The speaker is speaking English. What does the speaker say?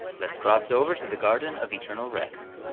let's cross over to the garden of eternal rest.